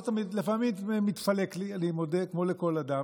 לפעמים מתפלק לי, אני מודה, כמו לכל אדם,